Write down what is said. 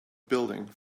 building